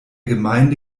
gemeinde